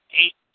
eight